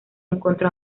encontró